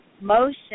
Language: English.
motion